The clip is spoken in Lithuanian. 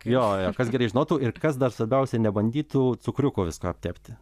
jo jo kas gerai žinotų ir kas dar svarbiausia nebandytų cukriuku viską aptepti